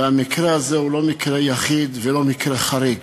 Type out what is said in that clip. המקרה הזה הוא לא מקרה יחיד ולא מקרה חריג.